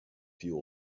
fuel